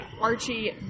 Archie